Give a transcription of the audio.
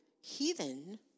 heathen